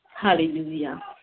hallelujah